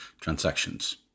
transactions